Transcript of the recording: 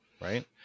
Right